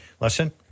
listen